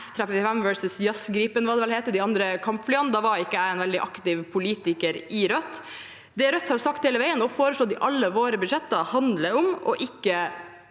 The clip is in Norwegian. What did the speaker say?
F-35 versus JAS Gripen, de andre kampflyene – da var ikke jeg en veldig aktiv politiker i Rødt. Det Rødt har sagt hele veien og foreslått i alle våre budsjetter, handler om ikke